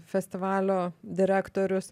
festivalio direktorius